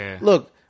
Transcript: Look